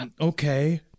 Okay